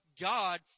God